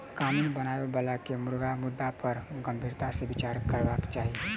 कानून बनाबय बला के मुर्गाक मुद्दा पर गंभीरता सॅ विचार करबाक चाही